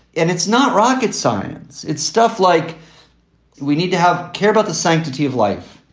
and it's not rocket science. it's stuff like we need to have care about the sanctity of life.